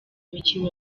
mikino